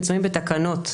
מצויים בתקנות,